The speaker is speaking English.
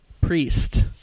priest